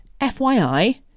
FYI